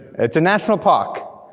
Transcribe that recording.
it's a national park.